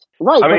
Right